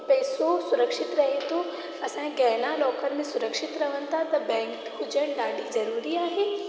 पैसो सुरक्षित रहे थो असां जे गहना लौकर में सुरक्षित रहनि था त बैंक हुजणु ॾाढी ज़रूरी आहे